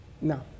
No